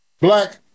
black